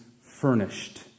furnished